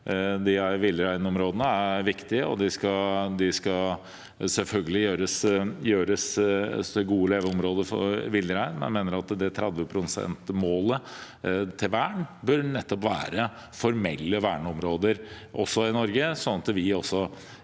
Villreinområdene er viktige, og de skal selvfølgelig gjøres til gode leveområder for villrein, men jeg mener at 30-prosentmålet for vern nettopp bør være formelle verneområder også i Norge, slik at dette